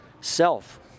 self